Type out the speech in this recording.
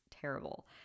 terrible